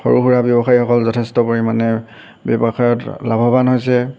সৰু সুৰা ব্যৱসায়ীসকল যথেষ্ট পৰিমাণে ব্যৱসায়ত লাভৱান হৈছে